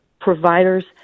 providers